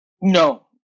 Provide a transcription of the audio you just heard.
No